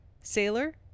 sailor